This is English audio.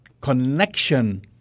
connection